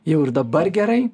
jau ir dabar gerai